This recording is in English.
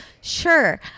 sure